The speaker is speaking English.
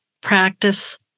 practice